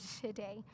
today